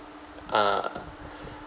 ah